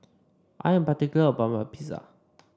I am particular about my Pizza